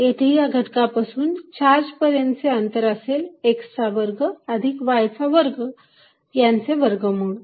येथे या घटकापासून चार्ज पर्यंतचे अंतर असेल x चा वर्ग अधिक y चा वर्ग यांचे वर्गमूळ